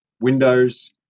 windows